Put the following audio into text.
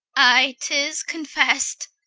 i, tis confessed!